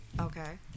Okay